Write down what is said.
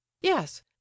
yes